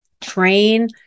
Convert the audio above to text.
train